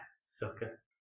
Sucker